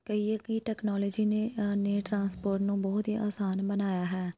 ਕਹੀਏ ਕਿ ਟੈਕਨੋਲਜੀ ਨੇ ਨੇ ਟਰਾਂਸਪੋਰਟ ਨੂੰ ਬਹੁਤ ਹੀ ਆਸਾਨ ਬਣਾਇਆ ਹੈ